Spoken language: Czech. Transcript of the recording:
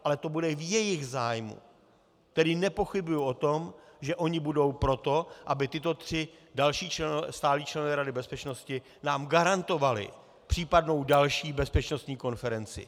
Ale to bude v jejich zájmu, tedy nepochybuji o tom, že oni budou pro to, aby tito tři další stálí členové Rady bezpečnosti nám garantovali případnou další bezpečnostní konferenci.